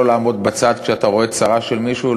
לעמוד בצד כשאתה רואה צרה של מישהו,